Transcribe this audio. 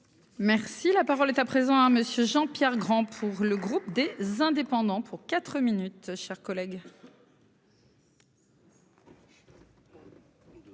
Merci la parole est à présent hein. Monsieur Jean-Pierre Grand. Pour le groupe des Indépendants pour 4 minutes, chers collègues.--